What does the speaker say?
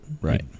right